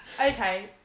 Okay